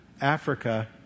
Africa